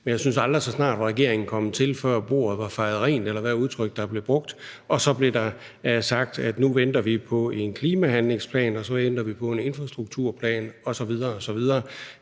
men aldrig så snart var regeringen kommet til, før bordet blev fejet rent – eller hvilket udtryk der nu blev brugt – og så blev der sagt, at nu venter vi på en klimahandlingsplan, og så venter vi på en infrastrukturplan osv. osv.,